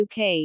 uk